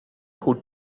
who